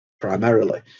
primarily